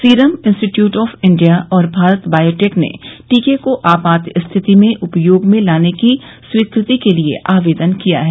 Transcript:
serum Institute of India और Bharat Biotech ने टीके को आपात रिथति में उपयोग में लाने की स्वीकृति के लिए आवेदन किया है